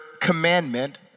commandment